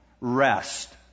rest